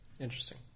interesting